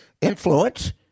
influence